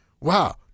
wow